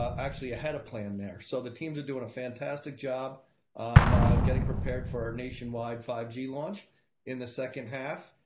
actually ahead of plan there so the teams are doing a fantastic job on getting prepared for nationwide five g launch in the second half.